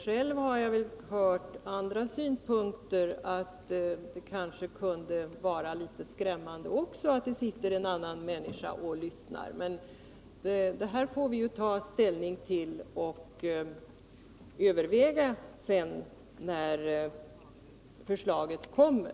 Själv har jag hört andra synpunkter. Det kanske kan vara litet skrämmande att en annan människa sitter och lyssnar. Men detta får vi ta ställning till när förslaget kommer.